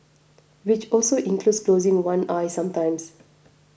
which also includes closing one eye sometimes